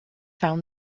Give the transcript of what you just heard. found